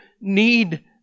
need